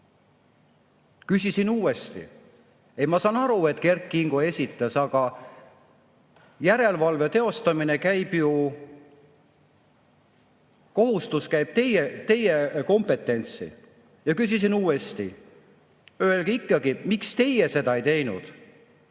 Küsisin uuesti: ma saan aru, et Kert Kingo esitas, aga järelevalve teostamine, see kohustus käib teie kompetentsi. Ja küsisin uuesti: öelge ikkagi, miks teie seda ei teinud.